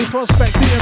Prospect